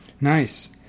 nice